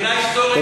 מבחינה היסטורית,